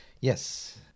Yes